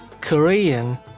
Korean